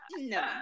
no